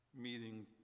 meeting